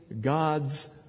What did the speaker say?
God's